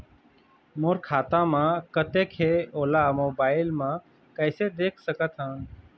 मोर खाता म कतेक हे ओला मोबाइल म कइसे देख सकत हन?